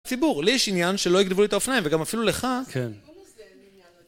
ציבור, לי יש עניין שלא יגנבו לי את האופניים, וגם אפילו לך. כן.